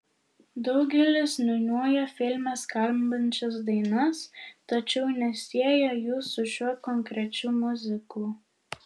daugelis niūniuoja filme skambančias dainas tačiau nesieja jų su šiuo konkrečiu miuziklu